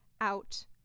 out